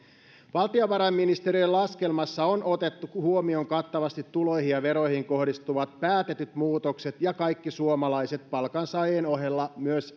valtiovarainministeriön laskelmassa on otettu huomioon kattavasti tuloihin ja veroihin kohdistuvat päätetyt muutokset ja kaikki suomalaiset palkansaajien ohella myös